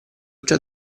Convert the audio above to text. già